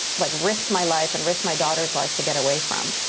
like risked my life and risked my daughter's life to get away from,